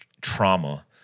trauma-